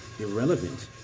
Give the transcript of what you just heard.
irrelevant